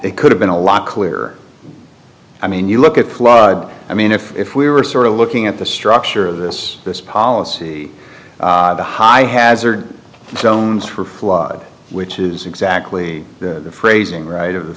they could have been a lot clearer i mean you look at flood i mean if if we were sort of looking at the structure of this this policy the high hazard zones for flooding which is exactly the phrasing right of the